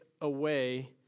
away